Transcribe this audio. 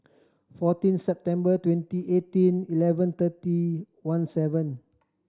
fourteen September twenty eighteen eleven thirty one seven